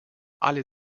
alle